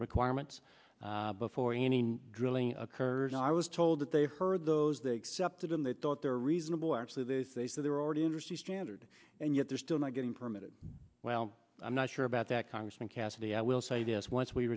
requirements before any new drilling occurs and i was told that they heard those they accepted and they thought they were reasonable actually they say so they're already interested standard and yet they're still not getting permitted well i'm not sure about that congressman cassidy i will say this once we